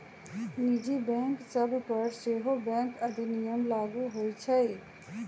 निजी बैंक सभ पर सेहो बैंक अधिनियम लागू होइ छइ